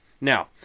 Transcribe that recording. Now